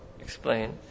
explain